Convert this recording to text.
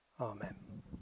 Amen